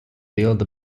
build